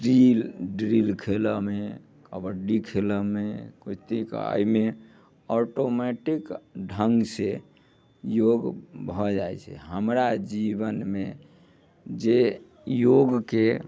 drill drill खेलऽ मे कबड्डी खेलऽ मे कतेक एहिमे ऑटोमेटिक ढङ्ग से योग भऽ जाइत छै हमरा जीवनमे जे योगके